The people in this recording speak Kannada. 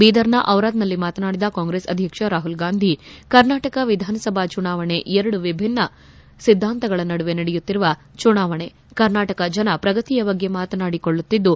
ಬೀದರ್ನ ಟಿರಾದ್ನಲ್ಲಿ ಮಾತನಾಡಿದ ಕಾಂಗ್ರೆಸ್ ಅಧ್ಯಕ್ಷ ರಾಹುಲ್ ಗಾಂಧಿ ಕರ್ನಾಟಕ ವಿಧಾನಸಭಾ ಚುನಾವಣೆ ಎರಡು ವಿಭಿನ್ಯ ಸಿದ್ದಾಂತಗಳ ನಡುವೆ ನಡೆಯುತ್ತಿರುವ ಚುನಾವಣೆ ಕರ್ನಾಟಕ ಜನ ಪ್ರಗತಿಯ ಬಗ್ಗೆ ಮಾತನಾಡಿ ಕೊಳ್ಳುತ್ತಿದ್ದು